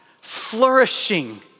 flourishing